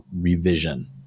revision